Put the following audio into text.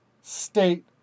state